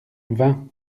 vin